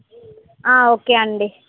okay అండి